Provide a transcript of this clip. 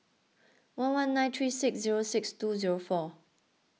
one one nine three six zero six two zero four